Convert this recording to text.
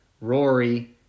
Rory